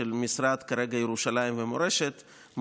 משרד ירושלים ומורשת כרגע,